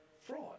fraud